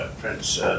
Prince